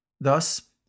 Thus